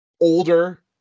older